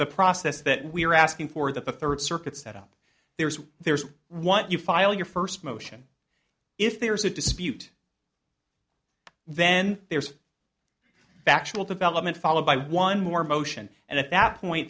the process that we are asking for the third circuit set up there is there is what you file your first motion if there's a dispute then there's a factual development followed by one more motion and at that point